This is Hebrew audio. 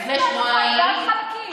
איזה בעד החוק?